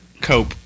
Cope